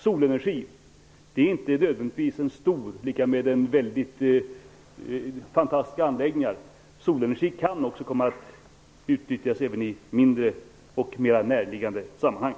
Solenergi är inte nödvändigtvis lika med stora, fantastiska anläggningar. Solenergi kan också komma att utnyttjas i mindre, mer närliggande sammanhang.